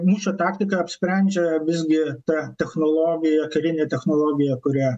mūšio taktiką apsprendžia visgi ta technologija karinė technologija kuria